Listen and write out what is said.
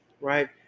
right